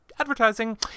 Advertising